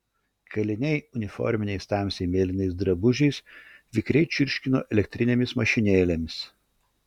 kaliniai uniforminiais tamsiai mėlynais drabužiais vikriai čirškino elektrinėmis mašinėlėmis